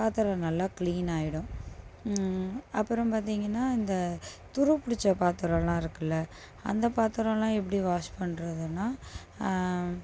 பாத்திரம் நல்லா க்ளீனாகிடும் அப்புறம் பார்த்தீங்கன்னா இந்த துரு பிடிச்ச பாத்திரம்லாம் இருக்குல்ல அந்த பாத்திரம்லாம் எப்படி வாஷ் பண்றதுன்னால்